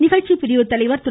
நிகழ்ச்சி பிரிவு தலைவர் திரு